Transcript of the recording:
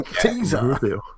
Teaser